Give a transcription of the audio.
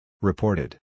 Reported